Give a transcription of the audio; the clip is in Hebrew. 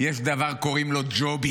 יש דבר, קוראים לו ג'ובים.